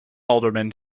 alderman